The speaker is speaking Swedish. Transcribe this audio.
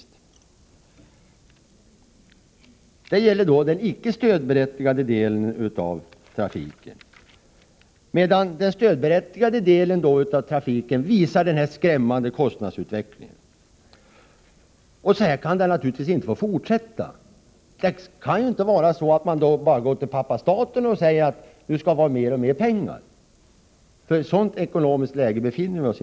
Det Transportstödet för gäller den icke stödberättigade delen av trafiken, medan den stödberättigade — Gotland delen visar en skrämmande kostnadsutveckling. Så här kan det naturligtvis inte få fortsätta. Man kan inte bara gå till pappa staten och begära mer och mer pengar i det ekonomiska läge vi befinner oss.